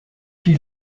qui